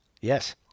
Yes